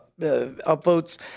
upvotes